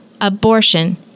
Abortion